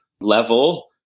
level